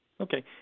Okay